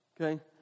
okay